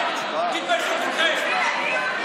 לכם, תתביישו כולכם.